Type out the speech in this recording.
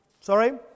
Sorry